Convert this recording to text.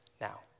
now